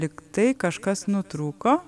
lygtai kažkas nutrūko